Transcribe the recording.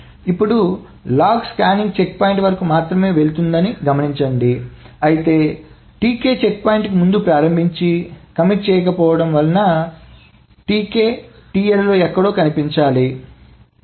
ఇప్పుడు log scanning checkpoint వరకు మాత్రమే వెళుతుందని గమనించండి అయితే Tk చెక్పాయింట్కు ముందు ప్రారంభించి కమిట్ చేయకపోవడం వలన Tk TLలో ఎక్కడో తప్పక కనిపించాలిL